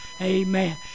Amen